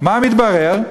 מה מתברר?